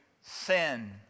sin